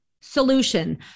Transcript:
solution